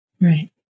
Right